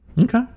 Okay